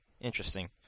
Interesting